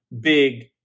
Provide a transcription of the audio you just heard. big